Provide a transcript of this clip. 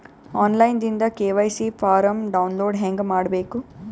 On line ದಿಂದ KYC form download ಹೇಂಗ ಮಾಡಬೇಕು?